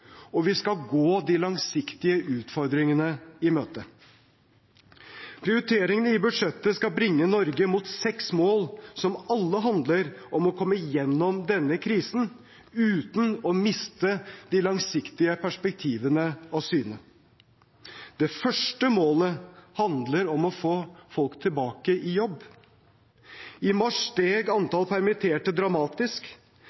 Vi skal gå de langsiktige utfordringene i møte. Prioriteringene i budsjettet skal bringe Norge mot seks mål som alle handler om å komme gjennom denne krisen, uten å miste de langsiktige perspektivene av syne. Det første målet handler om å få folk tilbake i jobb. I mars steg